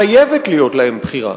חייבת להיות להם בחירה.